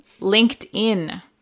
LinkedIn